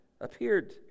appeared